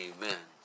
Amen